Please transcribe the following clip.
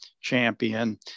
champion